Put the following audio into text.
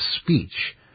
speech